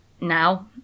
now